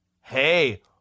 Hey